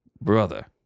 Brother